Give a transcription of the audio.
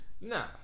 nah